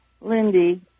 lindy